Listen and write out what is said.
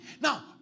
Now